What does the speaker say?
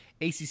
ACC